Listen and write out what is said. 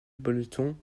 bonneton